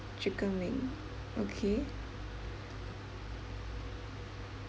chicken wing okay